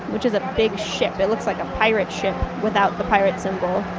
which is a big ship, it looks like a pirate ship without the pirate symbol,